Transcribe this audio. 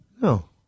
No